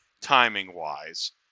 timing-wise